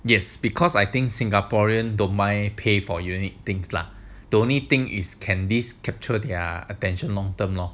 yes because I think singaporean domain pay for unique things lah only thing is whether can captured their attention long term lor